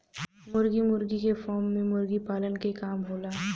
मुर्गा मुर्गी के फार्म में मुर्गी पालन के काम होला